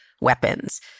weapons